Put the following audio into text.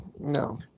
No